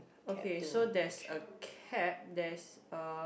okay so there's a cap there's a